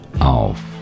Auf